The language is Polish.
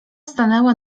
stanęła